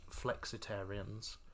flexitarians